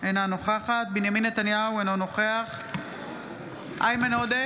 אינה נוכחת בנימין נתניהו, אינו נוכח איימן עודה,